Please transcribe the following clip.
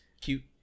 cute